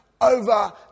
over